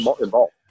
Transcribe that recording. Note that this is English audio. involved